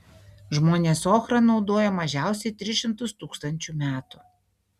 žmonės ochrą naudoja mažiausiai tris šimtus tūkstančių metų